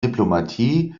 diplomatie